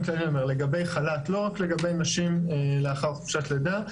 כללי לגבי חל"ת לא רק לגבי נשים לאחר חופשת לידה.